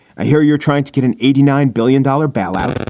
i hear you're trying to get an eighty nine billion dollar bailout.